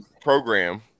program